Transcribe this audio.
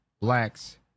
Blacks